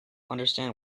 understand